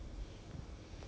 cannot take the taste lor